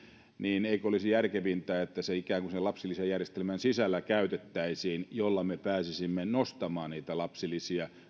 niin eikö olisi järkevintä että se ikään kuin sen lapsilisäjärjestelmän sisällä käytettäisiin jolloin me pääsisimme nostamaan niitä lapsilisiä